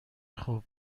خوب